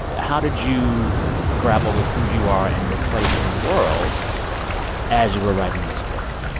how did you grapple with who you are and your place in the world as you were writing this book?